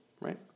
right